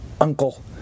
uncle